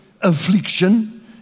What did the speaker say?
affliction